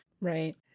Right